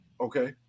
okay